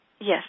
Yes